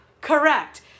Correct